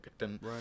right